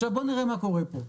עכשיו בואו נראה מה קורה פה,